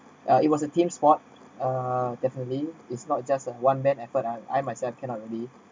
uh it was a team sport uh definitely is not just one bad effort I I myself cannot only